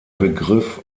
begriff